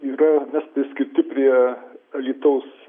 yra priskirti prie alytaus